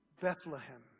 Bethlehem